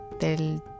del